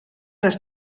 les